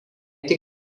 tik